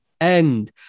end